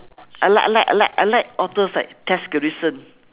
I like I like I like I like authors like tess garretson